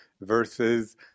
versus